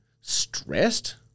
stressed